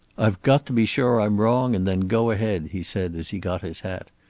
i've got to be sure i'm wrong, and then go ahead, he said, as he got his hat.